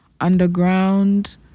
underground